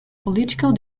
political